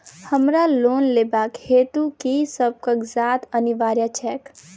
हमरा लोन लेबाक हेतु की सब कागजात अनिवार्य छैक?